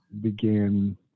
began